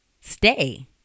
stay